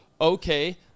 Okay